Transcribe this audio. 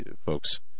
Folks